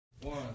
One